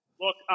Look